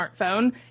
smartphone